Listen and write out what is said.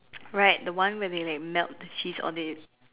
right the one where they like melt the cheese or they